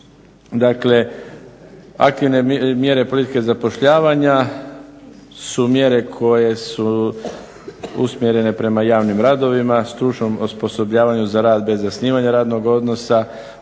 Dakle, aktivne mjere politike zapošljavanja su mjere koje su usmjerene prema javnim radovima, stručnom osposobljavanju za rad bez zasnivanja radnog odnosa,